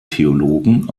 theologen